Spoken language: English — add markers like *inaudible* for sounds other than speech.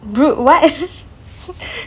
bru~ what *noise*